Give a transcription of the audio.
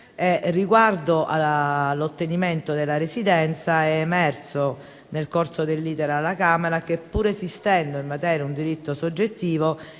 Riguardo all'ottenimento della residenza, è emerso, nel corso dell'*iter* alla Camera, che, pur esistendo in materia un diritto soggettivo,